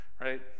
right